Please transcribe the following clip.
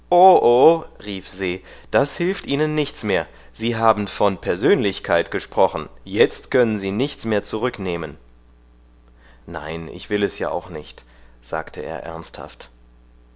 rief se das hilft ihnen nichts mehr sie haben von persönlichkeit gesprochen jetzt können sie nichts mehr zurücknehmen nein ich will es ja auch nicht sagte er ernsthaft